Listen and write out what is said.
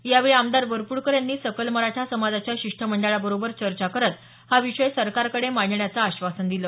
यावेळी आमदार वरप्डकर यांनी सकल मराठा समाजाच्या शिष्टमंडळाबरोबर चर्चा करत हा विषय सरकारकडे मांडण्याचं आश्वासन दिलं